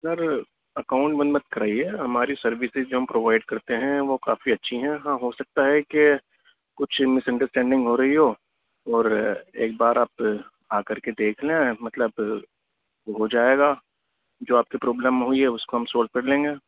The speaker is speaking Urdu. سر اکاؤنٹ بند مت کرائیے ہماری سروسز جو ہم پرووائڈ کرتے ہیں وہ کافی اچھی ہیں ہاں ہوسکتا ہے کہ کچھ مس انڈراسٹینڈنگ ہو رہی ہو اور ایک بار آپ آ کر کے دیکھ لیں مطلب ہوجائے گا جو آپ کو پرابلم ہوئی ہے اس کو ہم سولو کرلیں گے